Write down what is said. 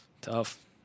Tough